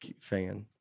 fan